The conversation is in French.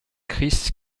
kris